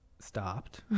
stopped